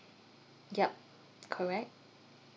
yup correct